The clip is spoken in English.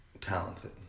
talented